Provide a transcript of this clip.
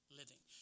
living